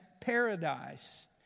paradise